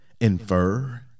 infer